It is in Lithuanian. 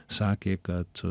sakė kad